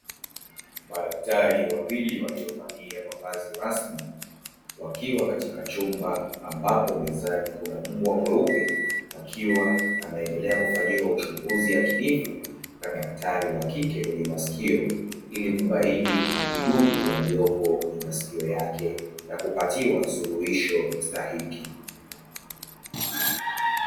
Madaktari wawili waliovalia mavazi rasmi, wakiwa katika chumba ambapo mezani kuna mbwa mweupe; akiwa anaendelea kufanyiwa uchunguzi yakinifu na daktari wa kike kwenye masikio ili kubaini vijidudu waliopo kwenye masikio yake na kupatiwa suluhisho stahiki.